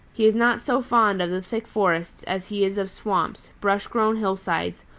he is not so fond of the thick forests as he is of swamps, brush-grown hillsides,